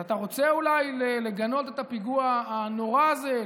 אז אתה רוצה אולי לגנות את הפיגוע הנורא הזה?